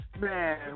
Man